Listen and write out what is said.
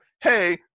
hey